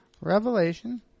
Revelation